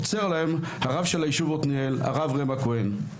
עוצר להם הרב של היישוב עתניאל, הרב רא"ם הכהן.